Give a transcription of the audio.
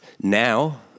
now